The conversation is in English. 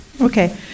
Okay